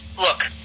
Look